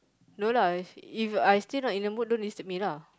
no lah If I still no remember don't disturb me lah